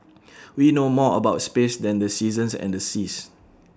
we know more about space than the seasons and the seas